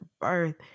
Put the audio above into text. birth